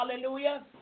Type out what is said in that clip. Hallelujah